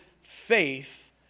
faith